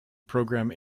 programme